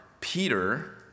Peter